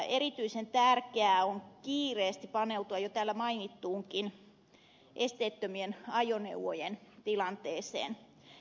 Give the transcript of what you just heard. erityisen tärkeää on kiireesti paneutua jo täällä mainittuunkin esteettömien ajoneuvojen tilanteeseen